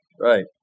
right